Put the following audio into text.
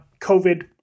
COVID